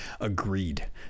Agreed